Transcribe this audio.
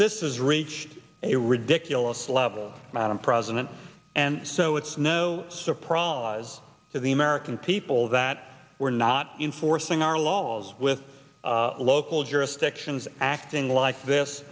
this is reached a ridiculous level madam president and so it's no surprise to the american people that we're not enforcing our laws with local jurisdictions acting like this